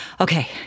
okay